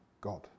God